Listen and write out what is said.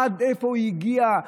עד איפה הוא הגיע,